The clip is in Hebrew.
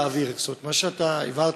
להבהיר: מה שאתה הבהרת,